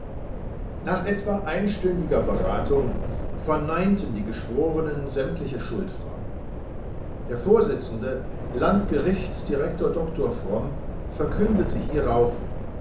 nach etwa einstündiger beratung verneinten die geschworenen sämtliche schuldfragen der vorsitzende landgerichtsdirektor dr fromm verkündete hierauf